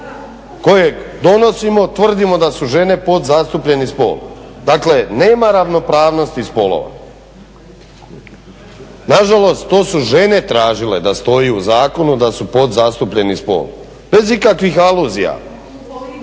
kojeg donosimo tvrdimo da su žene podzastupljeni spol. Dakle nema ravnopravnosti spolova. Nažalost to su žene tražile da stoji u zakonu da su podzastupljeni spol, bez ikakvih aluzija.